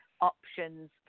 options